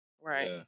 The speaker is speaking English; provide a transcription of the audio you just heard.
Right